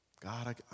God